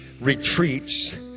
retreats